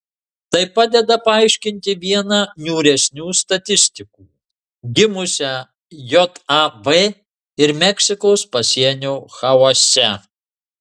tai padeda paaiškinti vieną niūresnių statistikų gimusią jav ir meksikos pasienio chaose